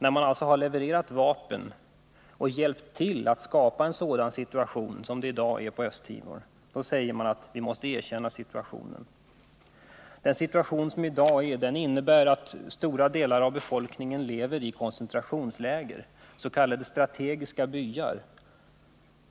När man har levererat vapen och därmed hjälpt till att skapa en sådan situation som i dag råder på Östtimor säger man alltså att vi måste erkänna situationen. Situationen i dag innebär att stora delar av befolkningen lever i koncentrationsläger, s.k. strategiska byar.